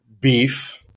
beef